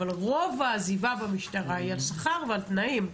אבל רוב העזיבה במשטרה היא על סחר ועל תנאים.